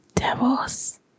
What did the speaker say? Devils